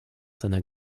seiner